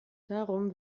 darum